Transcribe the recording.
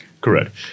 Correct